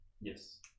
Yes